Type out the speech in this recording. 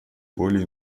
более